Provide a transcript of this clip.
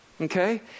okay